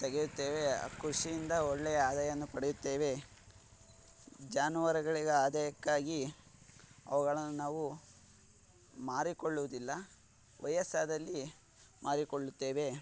ತೆಗೆಯುತ್ತೇವೆ ಕೃಷಿಯಿಂದ ಒಳ್ಳೆಯ ಆದಾಯವನ್ನು ಪಡೆಯುತ್ತೇವೆ ಜಾನುವಾರುಗಳಿಗೆ ಆದಾಯಕ್ಕಾಗಿ ಅವ್ಗಳನ್ನು ನಾವು ಮಾರಿಕೊಳ್ಳೋದಿಲ್ಲ ವಯಸ್ಸಾದಲ್ಲಿ ಮಾರಿಕೊಳ್ಳುತ್ತೇವೆ